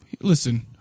Listen